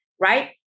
right